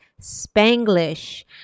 Spanglish